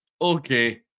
Okay